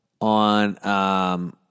on